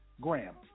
Graham